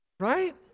right